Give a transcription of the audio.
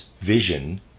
vision